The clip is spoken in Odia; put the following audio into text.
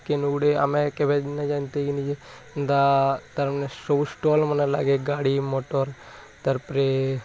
କେନେଗୁଡ଼ିଏ ଆମେ କେବେ ନାଇ ଜାନ୍ତି କି ନିଜ ଦା ତାଙ୍କ ସୋ ଷ୍ଟଲ୍ମାନ ଲାଗେ ଗାଡ଼ି ମଟର୍ ତା'ପରେ